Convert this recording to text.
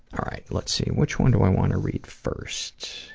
all right. let's see. which one do i want to read first?